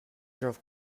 drove